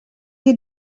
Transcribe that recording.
you